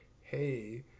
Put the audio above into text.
hey